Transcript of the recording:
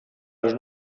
los